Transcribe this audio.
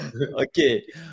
Okay